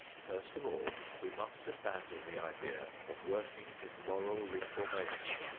first of all we must abandon the idea of working his moral reformation,